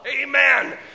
Amen